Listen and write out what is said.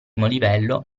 livello